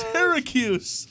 Syracuse